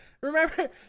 Remember